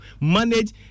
manage